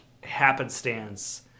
happenstance